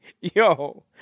Yo